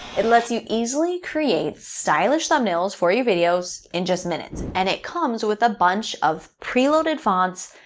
it let's you easily create stylish thumbnails for your videos in just minutes and it comes with a bunch of preloaded fonts,